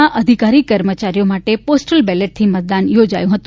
ના અધિકારી કર્મચારીઓ માટે પોસ્ટલ બેલેટથી મતદાન યોજાયું છે